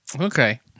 Okay